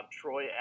Troy